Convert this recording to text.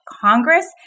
Congress